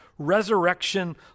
resurrection